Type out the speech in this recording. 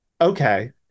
Okay